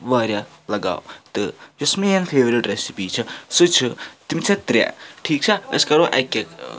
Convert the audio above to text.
واریاہ لَگاو تہٕ یُس میٛٲنۍ فیٚورِٹ ریٚسِپی چھِ سُہ چھِ تِم چھےٚ ترٛےٚ ٹھیٖک چھا أسۍ کَرو اَکہِ اَکہِ